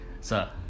Sir